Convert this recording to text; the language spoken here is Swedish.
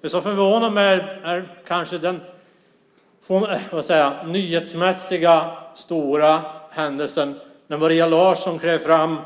Det som förvånar mig är kanske den nyhetsmässigt stora händelsen när statsrådet Maria Larsson klev fram